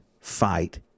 fight